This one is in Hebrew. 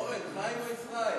אורן, חיים או ישראל?